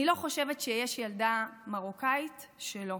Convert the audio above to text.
אני לא חושבת שיש ילדה מרוקאית שלא.